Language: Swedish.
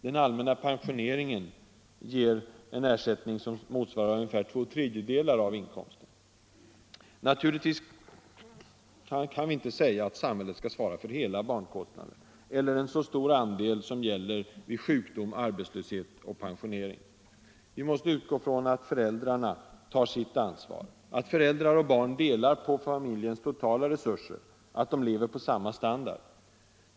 Den allmänna pensioneringen ger en ersättning som motsvarar ungefär två tredjedelar av inkomsten. Naturligtvis kan vi inte säga att samhället skall svara för hela barnkostnaden eller en så stor andel som gäller vid sjukdom, arbetslöshet och pensionering. Vi måste utgå från att föräldrarna tar sitt ansvar, att föräldrar och barn delar på familjens totala resurser, att de lever på samma standard.